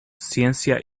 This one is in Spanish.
ciencia